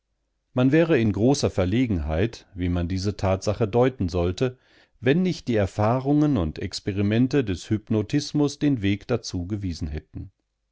man wäre in großer verlegenheit wie man diese tatsache deuten sollte wenn nicht die erfahrungen und experimente des hypnotismus den weg dazu gewiesen hätten